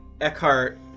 Eckhart